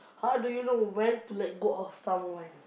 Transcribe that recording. how do you know when to let go of someone